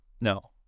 No